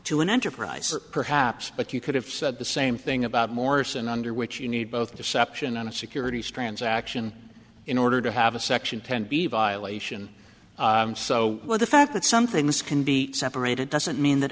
to an enterprise perhaps but you could have said the same thing about morse and under which you need both deception on a securities transaction in order to have a section ten b violation so well the fact that some things can be separated doesn't mean that